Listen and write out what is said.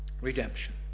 Redemption